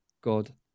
God